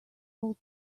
old